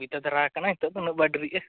ᱥᱩᱵᱤᱫᱷᱟ ᱫᱷᱟᱨᱟ ᱟᱠᱟᱱᱟᱭ ᱱᱤᱛᱚᱜᱫᱚ ᱩᱱᱟᱹᱜ ᱵᱟᱭ ᱫᱮᱨᱤᱜᱼᱟ